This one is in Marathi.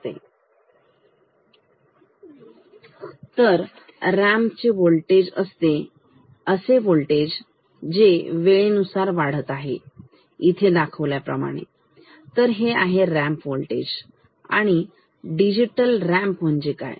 तर रॅम्प होल्टेज हे असे व्होल्टेज आहे जे वेळेनुसार वाढत आहे दाखविल्याप्रमाणे तर हे आहे रॅम्प व्होल्टेज आणि डिजिटल रॅम्प म्हणजे काय